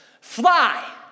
fly